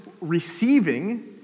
receiving